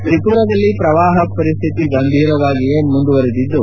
ತ್ರಿಪುರಾದಲ್ಲಿ ಪ್ರವಾಹ ಪರಿಸ್ಥಿತಿ ಗಂಭೀರವಾಗಿಯೇ ಮುಂದುವರಿದಿದ್ದು